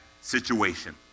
situation